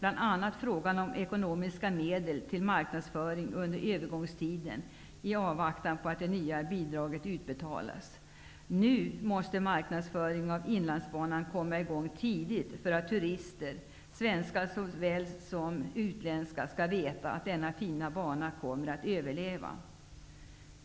Bl.a. gäller det frågan om ekonomiska medel till marknadsföring under övergångstiden i avvaktan på att det nya bidraget skall utbetalas. Nu måste marknadsföringen av Inlandsbanan komma i gång tidigt för att turisterna, svenska såväl som utländska, skall få veta att denna fina bana kommer att överleva.